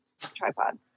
tripod